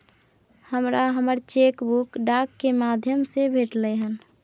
हमरा हमर cheque book डाक के माध्यम से भेटलय हन